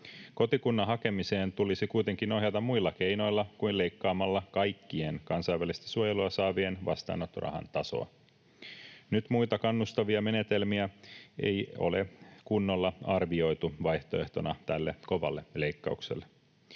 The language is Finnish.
Kotikunnan hakemiseen tulisi kuitenkin ohjata muilla keinoilla kuin leikkaamalla kaikkien kansainvälistä suojelua saavien vastaanottorahan tasoa. Nyt muita kannustavia menetelmiä ei ole kunnolla arvioitu vaihtoehtona tälle kovalle leikkaukselle.